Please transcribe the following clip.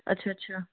ਅੱਛਾ ਅੱਛਾ